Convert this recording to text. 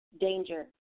danger